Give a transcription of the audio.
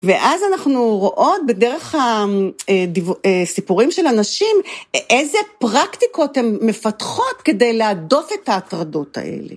ואז אנחנו רואות בדרך הסיפורים של הנשים איזה פרקטיקות הן מפתחות כדי להדוף את ההטרדות האלה.